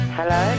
Hello